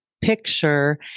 picture